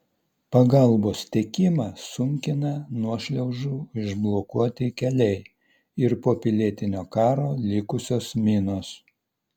pagalbos tiekimą sunkina nuošliaužų užblokuoti keliai ir po pilietinio karo likusios minos